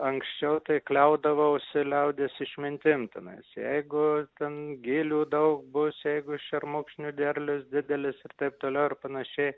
anksčiau tai kliaudavausi liaudies išmintim tenais jeigu ten gilių daug bus jeigu šermukšnių derlius didelis ir taip toliau ir panašiai